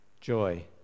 joy